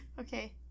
Okay